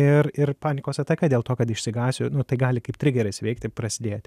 ir ir panikos ataka dėl to kad išsigąsiu nu tai gali kaip trigeris veikti prasidėti